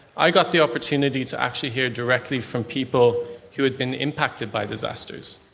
i got the opportunity to actually hear directly from people who had been impacted by disasters.